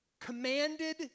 commanded